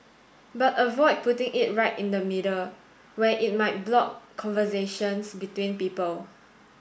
but avoid putting it right in the middle where it might block conversations between people